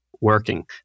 working